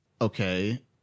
Okay